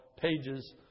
pages